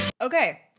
Okay